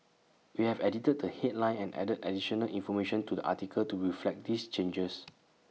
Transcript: we have edited the headline and added additional information to the article to reflect these changes